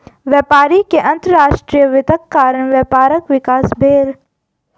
व्यापारी के अंतर्राष्ट्रीय वित्तक कारण व्यापारक विकास भेल